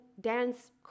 dance